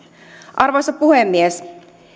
arvoisa puhemies